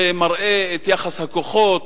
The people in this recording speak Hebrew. זה מראה את יחס הכוחות,